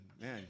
man